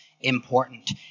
important